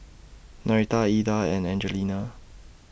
Norita Ilda and Angelina